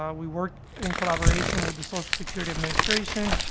um we worked in collaboration with the social security administration.